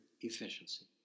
efficiency